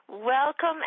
Welcome